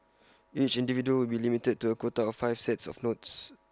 each individual will be limited to A quota of five sets of notes